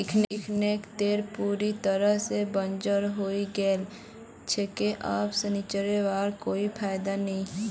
इखनोक खेत पूरी तरवा से बंजर हइ गेल छेक अब सींचवारो कोई फायदा नी